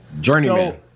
Journeyman